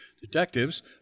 Detectives